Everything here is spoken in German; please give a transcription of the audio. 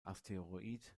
asteroid